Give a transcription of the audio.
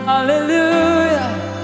Hallelujah